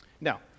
Now